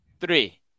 three